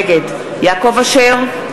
נגד יעקב אשר,